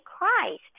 Christ